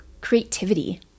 creativity